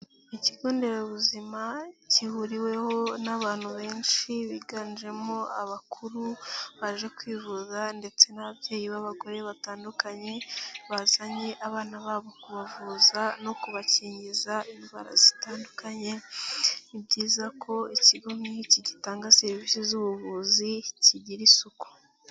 Ikigo nderabuzima gihuriweho n'abantu benshi biganjemo abakuru baje kwivuza ndetse n'ababyeyi b'abagore batandukanye bazanye abana babo kubavuza no kubakingiza indwara zitandukanye, ni byiza ko ikigo nk'iki gitanga serivisi z'ubuvuzi kigira isuku.